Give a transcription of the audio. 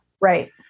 Right